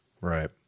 Right